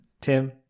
Tim